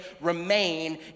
remain